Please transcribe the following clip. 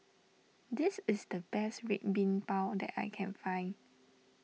this is the best Red Bean Bao that I can find